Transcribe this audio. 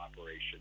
operation